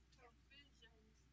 provisions